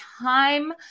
time